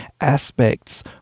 aspects